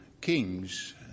kings